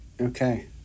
Okay